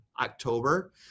October